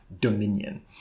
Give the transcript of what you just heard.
Dominion